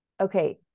okay